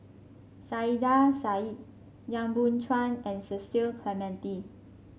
Saiedah Said Yap Boon Chuan and Cecil Clementi